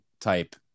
type